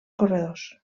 corredors